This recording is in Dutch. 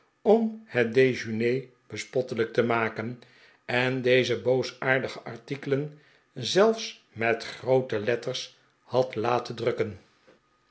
om het dejeuner bespottelijk te maken en deze boosaardige artikelen zelfs met groote letters had laten drukken